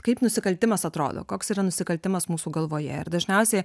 kaip nusikaltimas atrodo koks yra nusikaltimas mūsų galvoje ir dažniausiai